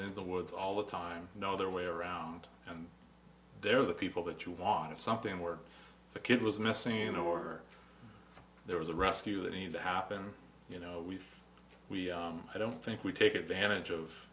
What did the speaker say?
in the woods all the time know their way around and they're the people that you want if something were a kid was missing or there was a rescue that need to happen you know we've we i don't think we take advantage of